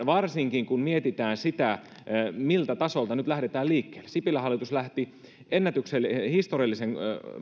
varsinkin kun mietitään miltä tasolta nyt lähdetään liikkeelle sipilän hallitus lähti historiallisen